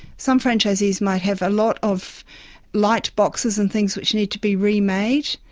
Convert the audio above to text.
some franchisees might have a lot of light boxes and things which need to be remade,